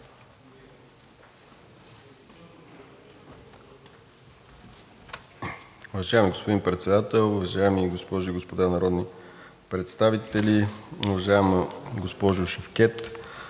Уважаеми господин Председател, уважаеми госпожи и господа народни представители, уважаема госпожо Шевкед,